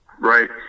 Right